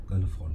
colour font